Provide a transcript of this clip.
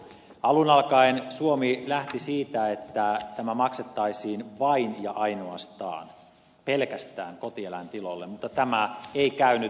alun alkaen suomi lähti siitä että tämä maksettaisiin vain ja ainoastaan kotieläintiloille mutta tämä ei käynyt